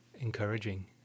encouraging